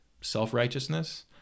self-righteousness